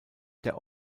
der